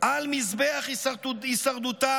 על מזבח הישרדותה